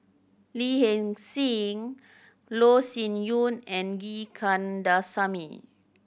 Lee Hee Seng Loh Sin Yun and G Kandasamy